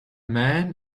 man